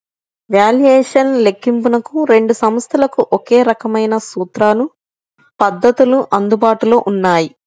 valuation లెక్కింపునకు రెండు సంస్థలకు ఒకే రకమైన సూత్రాలు, పద్ధతులు అందుబాటులో ఉన్నాయి